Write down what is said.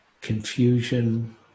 confusion